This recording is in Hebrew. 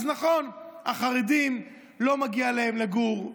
אז נכון, החרדים, לא מגיע להם לגור.